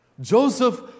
Joseph